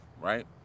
right